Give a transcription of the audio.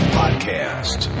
podcast